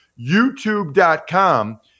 YouTube.com